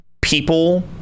people